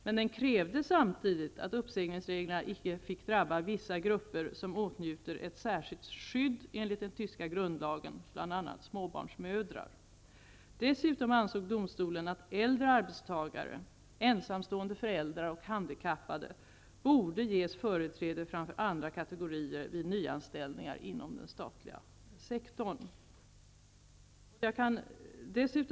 Men den krävde samtidigt att uppsägningsreglerna icke fick drabba vissa grupper som åtnjuter ett särskilt skydd enligt den tyska grundlagen, bl.a. småbarnsmödrar. Dessutom ansåg domstolen att äldre arbetstagare, ensamstående föräldrar och handikappade borde ges företräde framför andra kategorier vid nyanställningar inom den statliga sektorn.